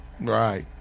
Right